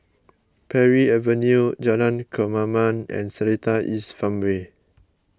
Parry Avenue Jalan Kemaman and Seletar East Farmway